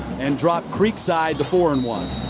and drop creekside to four and one.